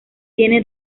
tiene